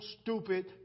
stupid